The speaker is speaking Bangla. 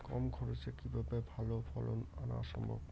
কম খরচে কিভাবে ভালো ফলন আনা সম্ভব?